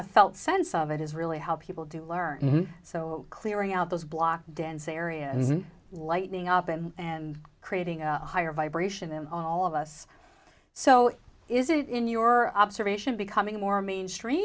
a felt sense of it is really how people do learn so clearing out those blocks dense area and lighting up and and creating a higher vibration in all of us so is it in your observation becoming more mainstream